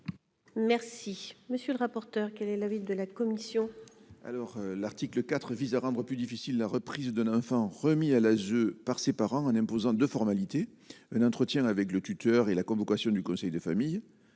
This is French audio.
Merci, monsieur le rapporteur, quel est l'avis de la commission. Alors l'article 4 vise à rendre plus difficile la reprise de l'enfant, remis à la The par ses parents en imposant de formalités, un entretien avec le tuteur et la convocation du conseil de famille